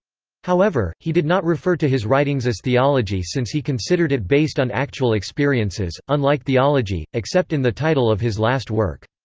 however, he did not refer to his writings as theology since he considered it based on actual experiences, unlike theology, except in the title of his last work.